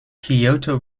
kyoto